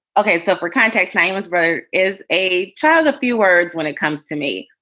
ok, so for context, nine was right. is a child. a few words when it comes to me.